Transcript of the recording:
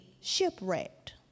shipwrecked